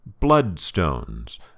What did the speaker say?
Bloodstones